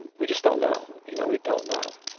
and we just don't know. you know, we don't know